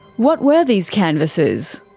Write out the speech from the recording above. what were these canvases?